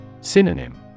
Synonym